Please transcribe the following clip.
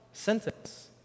sentence